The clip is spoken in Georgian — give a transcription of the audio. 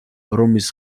რომლის